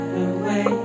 away